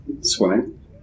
swimming